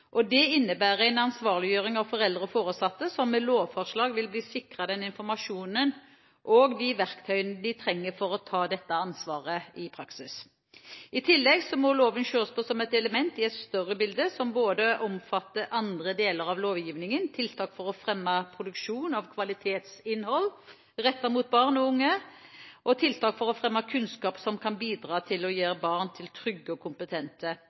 Det innebærer en ansvarliggjøring av foreldre og foresatte, som med lovforslaget vil bli sikret den informasjonen og de verktøyene de trenger for å ta dette ansvaret i praksis. I tillegg må loven ses som ett element i et større bilde, som både omfatter andre deler av lovgivningen, tiltak for å fremme produksjon av kvalitetsinnhold rettet mot barn og unge, og tiltak for å fremme kunnskap som kan bidra til å gjøre barn til trygge og kompetente